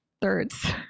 thirds